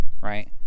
right